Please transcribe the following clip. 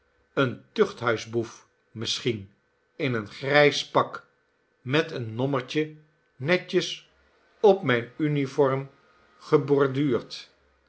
een tuchthuisboef misschie'n in een grijs pak met een nommertje netjes op mijn uniform geborduurd